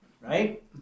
right